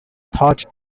thought